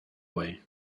way